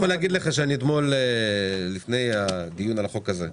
אני יכול להגיד לך שאתמול לפני הדיון על החוק הזה,